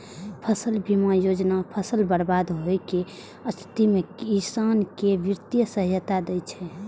फसल बीमा योजना फसल बर्बाद होइ के स्थिति मे किसान कें वित्तीय सहायता दै छै